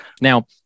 Now